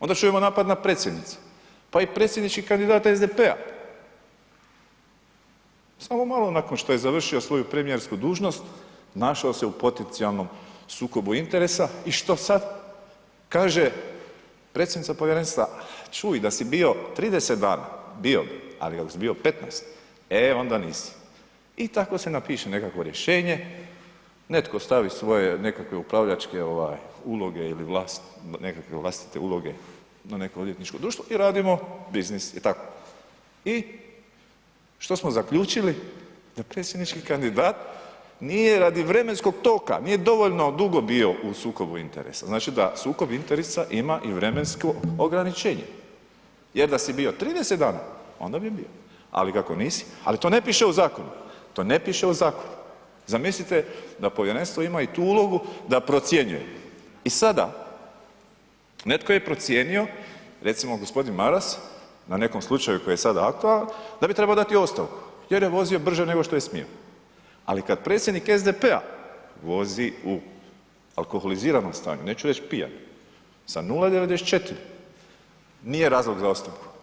Onda čujemo napad na predsjednicu, pa i predsjednički kandidat SDP-a, samo malo nakon što je završio svoju premijersku dužnost našao se u potencijalnom sukobu interesa i što sad, kaže predsjednica povjerenstva čuj da si bio 30 dana bio bi, ali ako si bio 15, e onda nisi i tako se napiše nekakvo rješenje, netko stavi svoje nekakve upravljačke uloge ili nekakve vlastite uloge na neko odvjetničko društvo i radimo biznis i tako i što smo zaključili, da predsjednički kandidat nije radi vremenskog toka, nije dovoljno dugo bio u sukobu interesa, znači da sukob interesa ima i vremensko ograničenje jer da si bio 30 dana onda bi bio, ali kako nisi, ali to ne piše u zakonu, zamislite da povjerenstvo ima i tu ulogu da procjenjuje i sada netko je procijenio, recimo g. Maras na nekom slučaju koji je sada aktualan da bi trebao dati ostavku jer je vozio brže nego što je smio, ali kad predsjednik SDP-a vozi u alkoholiziranom stanju, neću reći pijano sa 0,94 nije razlog za ostavku.